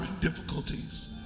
difficulties